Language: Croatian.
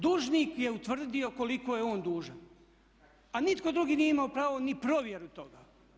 Dužnik je utvrdio koliko je on dužan, a nitko drugi nije imao pravo ni provjeru toga.